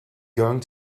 going